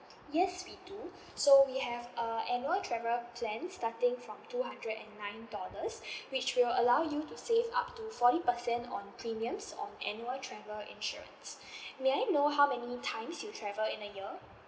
yes we do so we have uh annual travel plan starting from two hundred and nine dollars which will allow you to save up to forty percent on premiums on annual travel insurance may I know how many times you travel in a year